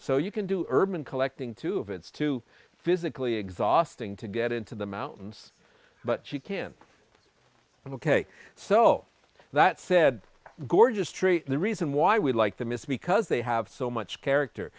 so you can do urban collecting too of it's too physically exhausting to get into the mountains but she can ok so that said gorgeous tree the reason why we like the mist because they have so much character